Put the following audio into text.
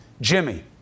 Jimmy